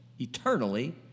eternally